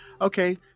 Okay